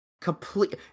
Complete